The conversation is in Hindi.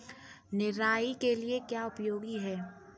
निराई के लिए क्या उपयोगी है?